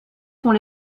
sont